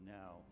now